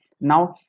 Now